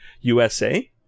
USA